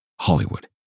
Hollywood